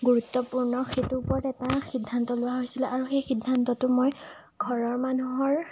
গুৰুত্বপূৰ্ণ সেইটোৰ ওপৰত এটা সিদ্ধান্ত লোৱা হৈছিল আৰু সেই সিদ্ধান্তটো মই ঘৰৰ মানুহৰ